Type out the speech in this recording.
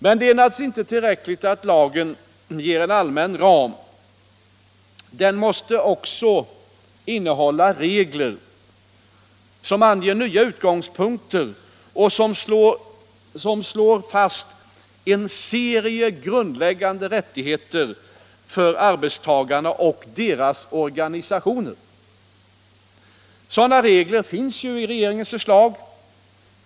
Men det är naturligtvis inte tillräckligt att lagen ger en allmän ram. Den måste också innehålla regler som anger nya utgångspunkter och som slår fast en serie grundläggande rättigheter för arbetstagarna och deras organisationer. Sådana regler finns ju i regeringens förslag.